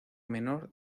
menor